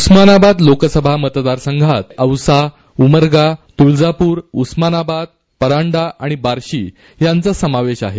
उस्मानाबाद लोकसभा मतदारसंघात औसा उमर्गा तुळजापूर उस्मानाबाद परांडा आणि बार्शी यांचा समावेश आहे